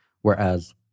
Whereas